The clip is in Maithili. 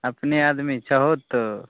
अपने आदमी छहो तऽ